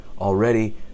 already